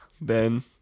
Ben